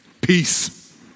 Peace